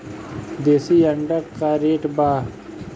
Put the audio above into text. देशी अंडा का रेट बा?